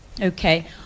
Okay